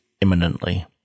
imminently